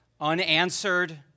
unanswered